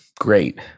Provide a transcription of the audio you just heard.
Great